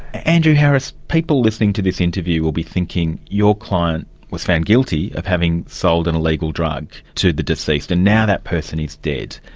andrew harris, people listening to this interview will be thinking your client was found guilty of having sold an illegal drug to the deceased, and now that person is dead.